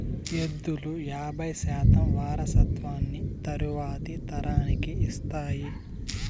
ఎద్దులు యాబై శాతం వారసత్వాన్ని తరువాతి తరానికి ఇస్తాయి